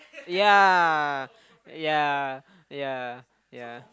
yeah yeah yeah yeah